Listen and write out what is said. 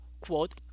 quote